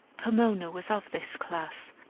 pomona was of this class,